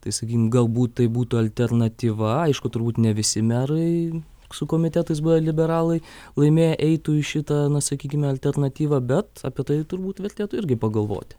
tai sakykim galbūt tai būtų alternatyva aišku turbūt ne visi merai su komitetais buvę liberalai laimėję eitų į šitą na sakykime alternatyvą bet apie tai turbūt vertėtų irgi pagalvoti